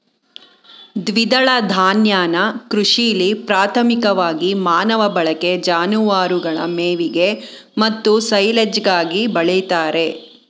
ದ್ವಿದಳ ಧಾನ್ಯನ ಕೃಷಿಲಿ ಪ್ರಾಥಮಿಕವಾಗಿ ಮಾನವ ಬಳಕೆ ಜಾನುವಾರುಗಳ ಮೇವಿಗೆ ಮತ್ತು ಸೈಲೆಜ್ಗಾಗಿ ಬೆಳಿತಾರೆ